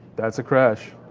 that's a crash.